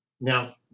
Now